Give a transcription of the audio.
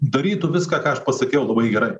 darytų viską ką aš pasakiau labai gerai